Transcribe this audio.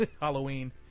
Halloween